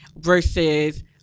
versus